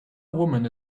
woman